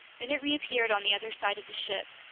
then it reappeared on the other side of the ship,